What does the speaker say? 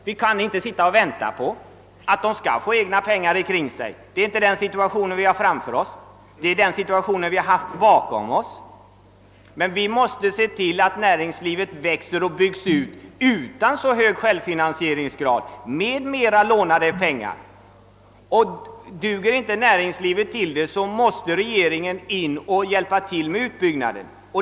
Vi skall inte sitta och vänta på att de skall få egna pengar. Det är inte en sådan situation vi har framför oss — det är den situationen vi har bakom oss. Vi måste se till att näringslivet växer och byggs ut utan så hög självfinansieringsgrad, med mera lånade pengar. Om inte näringslivet duger till detta, måste regeringen hjälpa till med utbyggnaden.